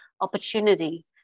opportunity